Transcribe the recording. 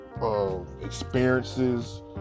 Experiences